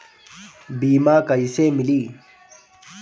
बीमा कैसे मिली?